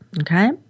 okay